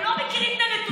הם לא מכירים את הנתונים.